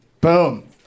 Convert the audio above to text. Boom